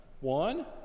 One